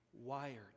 wired